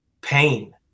pain